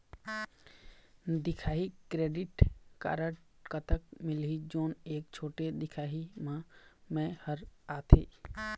दिखाही credit card कतक मिलही जोन एक छोटे दिखाही म मैं हर आथे?